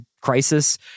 Crisis